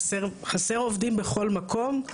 חסר עובדים בכל מקום.